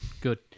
Good